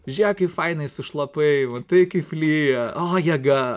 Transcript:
žiūrėk kaip fainai sušlapai matai kaip lyja o jėga